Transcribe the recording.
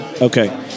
Okay